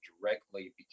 directly